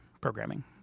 programming